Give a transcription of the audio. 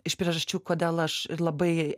iš priežasčių kodėl aš ir labai